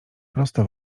prosto